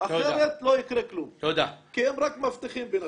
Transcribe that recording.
אחרת לא יקרה כלום כי הם רק מבטיחים בינתיים.